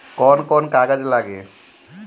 कौन कौन कागज लागी?